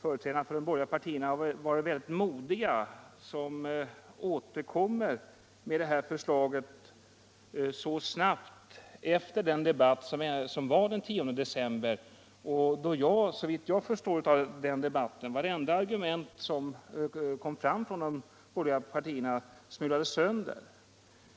företrädarna för de borgerliga partierna har varit mycket modiga när de återkommit med det här förslaget så snart efter den debatt som vi hade den 10 december. Såvitt jag förstod den debatten smulade man sönder vartenda argument som kom från borgerligt håll.